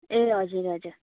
ए हजुर हजुर